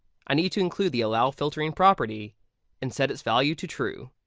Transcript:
i need to include the allow filtering property and set its value to true.